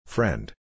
Friend